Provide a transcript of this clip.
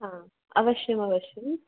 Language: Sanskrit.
हा अवश्यम अवश्यम् अवश्यम्